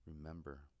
Remember